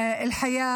שלנו,